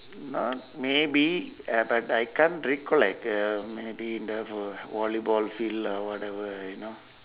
not maybe uh but I can't recollect uh maybe the vo~ volleyball field or whatever you know